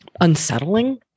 unsettling